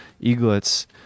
eaglets